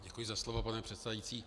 Děkuji za slovo, pane předsedající.